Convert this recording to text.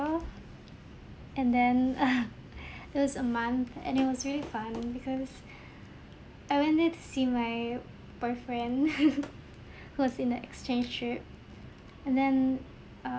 and then it was a month and it was really fun because I went there to see my boyfriend who was in the exchange trip and then err